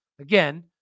Again